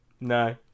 no